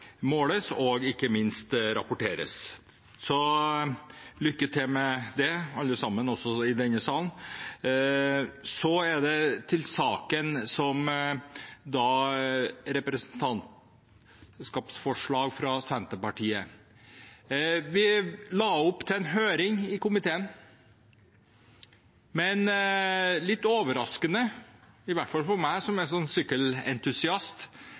måles og ikke minst rapporteres. Så lykke til med det, alle sammen, også i denne salen. Så til saken, som gjelder et representantforslag fra Senterpartiet. Vi la opp til en høring i komiteen, men litt overraskende – i hvert fall for meg, som er sånn en sykkelentusiast